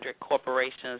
corporations